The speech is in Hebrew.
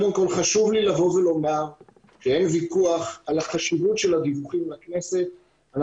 חשוב לי לומר שאין ויכוח על החשיבות של הדיווחים לוועדות כנסת השונות.